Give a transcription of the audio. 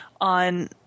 on